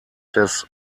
des